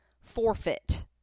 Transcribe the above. forfeit